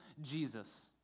Jesus